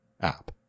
app